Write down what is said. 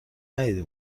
ندیده